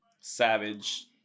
savage